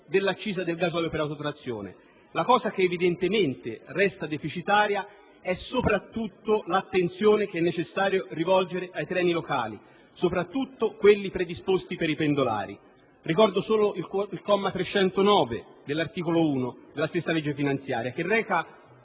dell'accisa del gasolio per autotrazione. Resta deficitaria soprattutto l'attenzione che è necessario rivolgere ai treni locali, in particolare quelli predisposti per i pendolari. Ricordo solo il comma 309 dell'articolo 1 della stessa legge finanziaria che reca